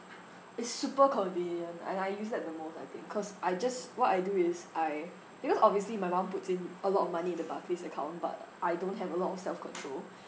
it's super convenient and I use that the most I think cause I just what I do is I because obviously my mum puts in a lot of money in the barclays account but I don't have a lot of self control